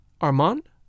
Armand